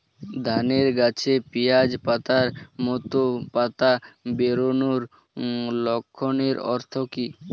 ধানের গাছে পিয়াজ পাতার মতো পাতা বেরোনোর লক্ষণের অর্থ কী?